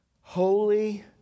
holy